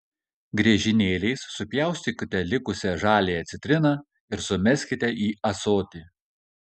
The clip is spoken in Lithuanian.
griežinėliais supjaustykite likusią žaliąją citriną ir sumeskite į ąsotį